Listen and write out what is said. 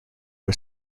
was